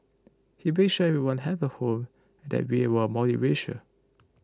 he made sure everyone had a home and that we were multiracial